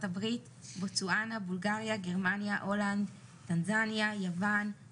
הברית; בוטסואנה; בולגריה; גרמניה; הולנד; טנזניה; יוון;